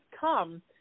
come